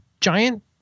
giant